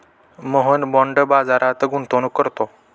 Mohan bond बाजारात गुंतवणूक करतो